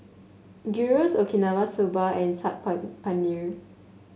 Gyros Okinawa Soba and Saag Paneer